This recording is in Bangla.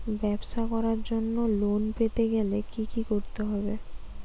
ব্যবসা করার জন্য লোন পেতে গেলে কি কি করতে হবে?